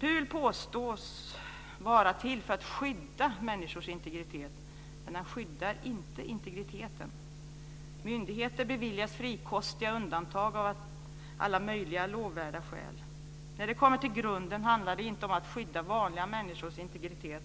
PUL påstås vara till för att skydda människors integritet. Men den skyddar inte integriteten. Myndigheter beviljas frikostiga undantag av alla möjliga lovvärda skäl. När det kommer till grunden handlar det inte om att skydda vanliga människors integritet.